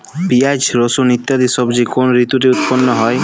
পিঁয়াজ রসুন ইত্যাদি সবজি কোন ঋতুতে উৎপন্ন হয়?